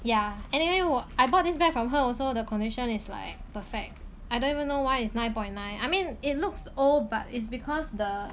ya anyway 我 I bought this bag from her also the condition is like perfect I don't even know why is nine point nine I mean it looks old but it's because the